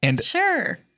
Sure